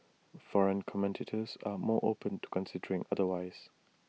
foreign commentators are more open to considering otherwise